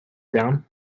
down